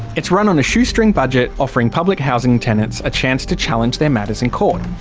it's run on a shoestring budget, offering public housing tenants a chance to challenge their matters in court.